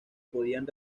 podían